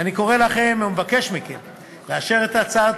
ואני קורא לכם ומבקש מכם לאשר את הצעת